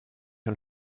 und